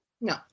No